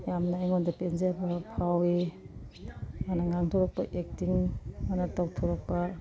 ꯌꯥꯝꯅ ꯑꯩꯉꯣꯟꯗ ꯄꯦꯟꯖꯕ ꯐꯥꯎꯏ ꯃꯥꯅ ꯉꯥꯡꯊꯣꯔꯛꯄ ꯑꯦꯛꯇꯤꯡ ꯃꯥꯅ ꯇꯧꯊꯣꯔꯛꯄ